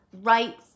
right